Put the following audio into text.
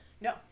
No